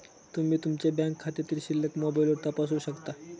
तुम्ही तुमच्या बँक खात्यातील शिल्लक मोबाईलवर तपासू शकता